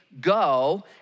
go